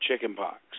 chickenpox